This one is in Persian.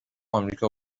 آمریکا